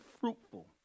fruitful